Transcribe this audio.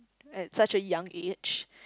at such a young age